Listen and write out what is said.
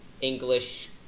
English